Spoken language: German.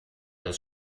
das